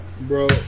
Bro